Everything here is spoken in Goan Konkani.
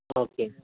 ओके